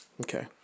Okay